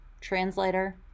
translator